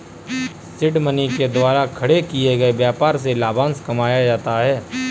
seed money के द्वारा खड़े किए गए व्यापार से लाभांश कमाया जाता है